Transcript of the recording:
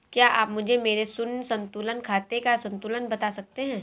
क्या आप मुझे मेरे शून्य संतुलन खाते का संतुलन बता सकते हैं?